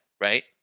right